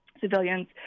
civilians